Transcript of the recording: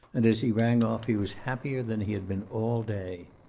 and as he rang off he was happier than he had been all day.